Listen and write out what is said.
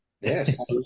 Yes